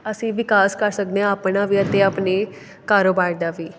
ਅਸੀਂ ਵਿਕਾਸ ਕਰ ਸਕਦੇ ਹਾਂ ਆਪਣਾ ਵੀ ਅਤੇ ਆਪਣੇ ਕਾਰੋਬਾਰ ਦਾ ਵੀ